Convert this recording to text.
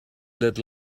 let